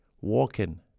walking